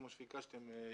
כפי שביקשתם,